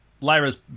Lyra's